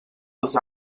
als